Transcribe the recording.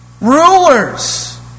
Rulers